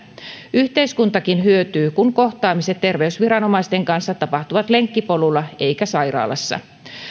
yhteiskuntakin hyötyy kun kohtaamiset terveysviranomaisten kanssa tapahtuvat lenkkipolulla eivätkä sairaalassa